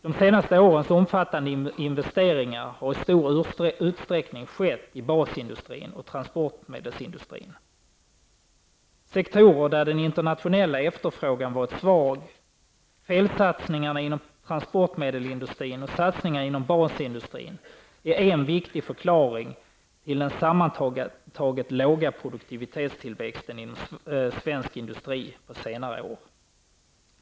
De senaste årens omfattande investeringar har i stor utsträckning skett i basindustrin och transportmedelsindustrin; sektorer där den internationella efterfrågan varit svag. Felsatsningarna inom transportmedelsindustrin och satsningarna inom basindustrin är en viktig förklaring till den sammantaget låga produktivitetstillväxten inom svensk industri på senare år.